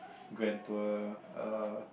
grand tour uh